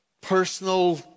personal